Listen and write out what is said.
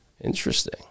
Interesting